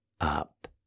up